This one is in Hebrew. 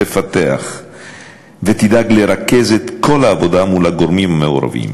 תפתח ותדאג לרכז את כל העבודה מול הגורמים המעורבים.